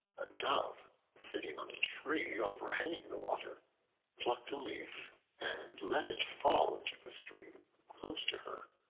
a dove sitting on a tree overhanging the water plucked a leaf and let it fall into the stream close to her.